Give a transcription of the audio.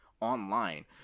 online